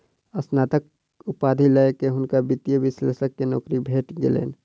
स्नातक उपाधि लय के हुनका वित्तीय विश्लेषक के नौकरी भेट गेलैन